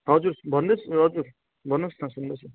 हजुर भन्नुहोस् हजुर भन्नुहोस् न सुन्दैछु